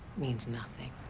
means nothing.